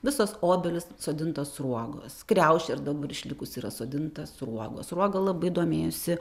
visos obelys sodintos sruogos kriaušė ir dabar išlikusi yra sodinta sruogos sruoga labai domėjosi